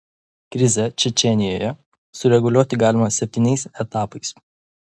krizę čečėnijoje sureguliuoti galima septyniais etapais